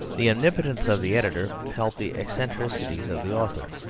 the omnipotence of the editor helped the eccentricities of the author.